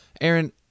Aaron